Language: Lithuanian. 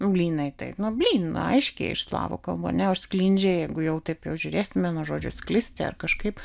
blynai tai nu blyn nu aiškiai iš slavų kalbų o sklindžiai jeigu jau taip žiūrėsime nuo žodžio sklisti ar kažkaip